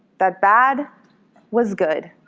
that bad was good,